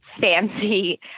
fancy